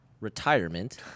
retirement